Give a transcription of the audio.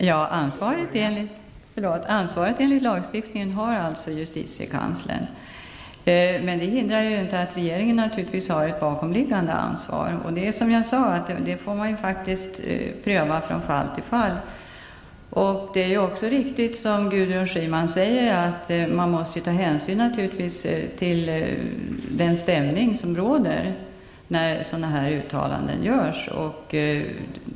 Fru talman! Ansvaret enligt lagen har alltså justitiekanslern. Men det hindrar inte att regeringen naturligtvis har ett bakomliggande ansvar. Det är som jag sade att man faktiskt får pröva från fall till fall. Det är riktigt, som Gudrun Schyman säger, att man naturligtvis måste ta hänsyn till den stämning som råder när sådana här uttalanden görs.